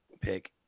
pick